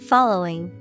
Following